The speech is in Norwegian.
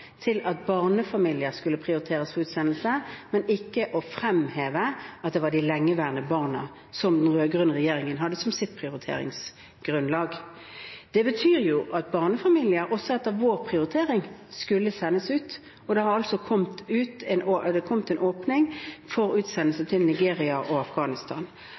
til at barnefamilier skulle prioriteres for utsendelse, men ikke å fremheve at det var de lengeværende barna som den rød-grønne regjeringen hadde som sitt prioriteringsgrunnlag. Det betyr at barnefamilier også etter vår prioritering skulle sendes ut, og det har altså kommet en åpning for utsendelse til Nigeria og Afghanistan.